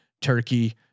turkey